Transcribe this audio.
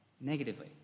Negatively